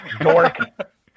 dork